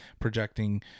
projecting